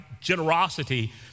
generosity